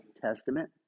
Testament